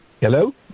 Hello